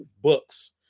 books